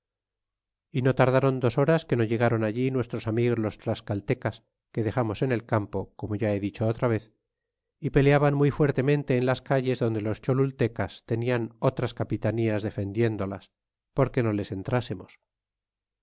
y no tardaron dos horas que no llegaron allí nuestros amigos los tlascaltecas que dexamos en el campo como ya he dicho otra vez y peleaban muy fuertemente en las calles donde los cholultecas tenian otras capitanías defendiéndolas porque no les entrásemos